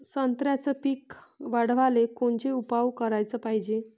संत्र्याचं पीक वाढवाले कोनचे उपाव कराच पायजे?